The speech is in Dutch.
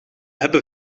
hebben